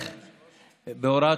כן, אחרי הרשימה כמובן, יהיו דוברים.